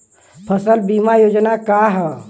फसल बीमा योजना का ह?